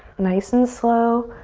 nice and slow.